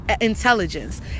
Intelligence